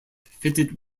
fitted